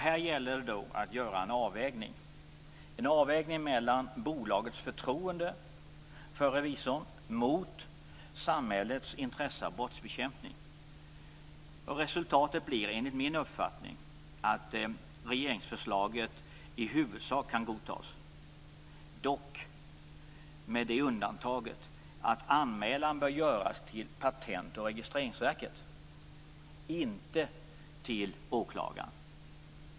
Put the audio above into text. Här gäller det att göra en avvägning mellan bolagets förtroende för revisorn och samhällets intresse av brottsbekämpning. Resultatet blir enligt min uppfattning att regeringsförslaget i huvudsak kan godtas. Dock med det undantaget att anmälan bör göras till Patent och registreringsverket och inte till åklagaren.